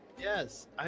Yes